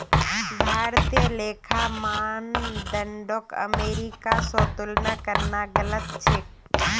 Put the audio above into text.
भारतीय लेखा मानदंडक अमेरिका स तुलना करना गलत छेक